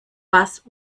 bass